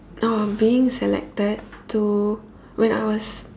oh being selected to when I was